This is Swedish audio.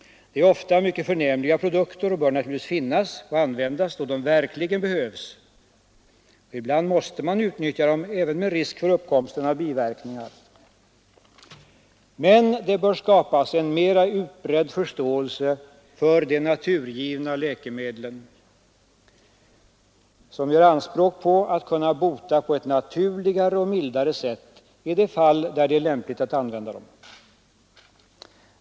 De är ofta mycket förnämliga produkter och bör naturligtvis finnas och användas då de verkligen behövs. Ibland måste man utnyttja dem även med risk för uppkomsten av biverkningar. Men det bör skapas en mera utbredd förståelse för de naturgivna läkemedlen, som gör anspråk på att kunna bota på ett naturligare och mildare sätt i de fall där det är lämpligt att använda dem.